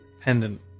pendant